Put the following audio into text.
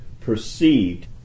perceived